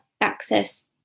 access